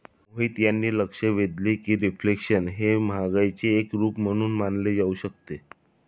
मोहित यांनी लक्ष वेधले की रिफ्लेशन हे महागाईचे एक रूप म्हणून मानले जाऊ शकते